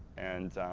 and